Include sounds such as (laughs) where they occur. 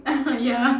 (laughs) ya